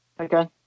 okay